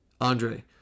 Andre